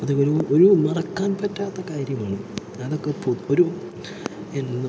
അതൊരു ഒരു മറക്കാൻ പറ്റാത്ത കാര്യമാണ് അതൊക്കെ ഇപ്പോൾ ഒരു എന്ന്